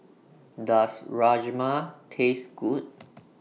Does Rajma Taste Good